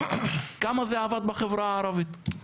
כמה זה עבד בחברה הערבית?